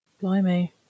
Blimey